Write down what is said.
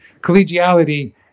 Collegiality